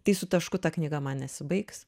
tai su tašku ta knyga man nesibaigs